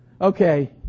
okay